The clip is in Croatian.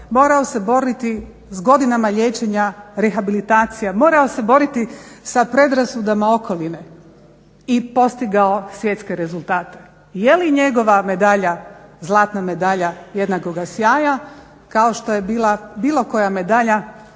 morao se boriti s godinama liječenja, rehabilitacije, morao se boriti sa predrasudama okoline i postigao svjetske rezultate. Je li njegova medalja, zlatna medalja jednakoga sjaja kao što je bila bilo koja medalja